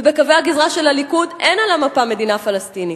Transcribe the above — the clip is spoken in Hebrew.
ובקווי הגזרה של הליכוד אין על המפה מדינה פלסטינית.